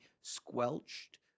squelched